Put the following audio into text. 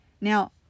Now